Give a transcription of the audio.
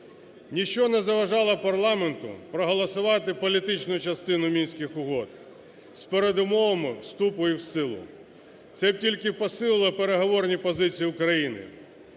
Ніщо не заважало парламенту проголосувати політичну частину Мінських угод з передумовами вступу їх в силу. Це б тільки посилило переговорні позиції України.